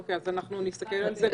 אוקיי, אנחנו נסתכל על זה.